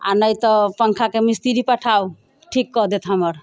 आ नहि तऽ पङ्खाके मिस्त्री पठाउ ठीक कऽ देत हमर